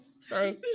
Sorry